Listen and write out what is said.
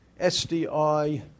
SDI